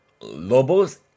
Lobos